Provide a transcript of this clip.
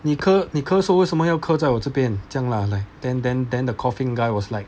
你咳你咳嗽为什么要咳在我这边这样 lah like then then then the coughing guy was like